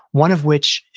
one of which,